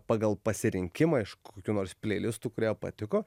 pagal pasirinkimą iš kokių nors pleilistų kurie patiko